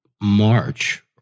March